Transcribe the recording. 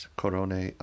corone